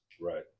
Right